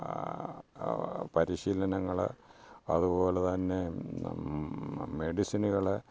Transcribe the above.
പരിശീലനങ്ങള് അതുപോലെ തന്നെ മെഡിസിനുകള്